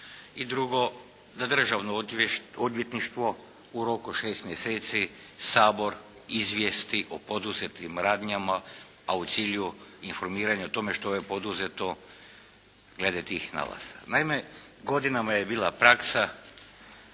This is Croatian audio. i drugo, za Državno odvjetništvo u roku 6 mjeseci Sabor izvijesti o poduzetim radnjama, a u cilju informiranja o tome što je poduzeto glede tih nalaza. Naime godinama je bila praksa